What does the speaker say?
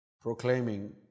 proclaiming